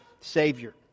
savior